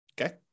okay